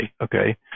Okay